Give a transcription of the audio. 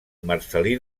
marcel·lí